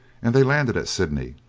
and they landed at sydney.